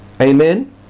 Amen